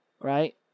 right